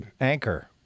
anchor